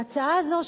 ההצעה הזאת,